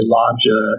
larger